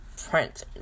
print